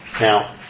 Now